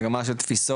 מגמה של תפיסות,